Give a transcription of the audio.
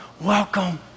welcome